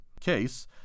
case